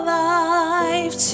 life